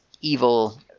evil